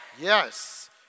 Yes